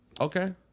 Okay